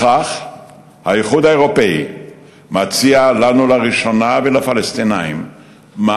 האיחוד האירופי מציע לנו ולפלסטינים לראשונה